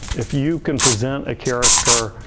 if you can present a character,